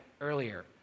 earlier